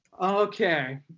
Okay